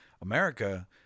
America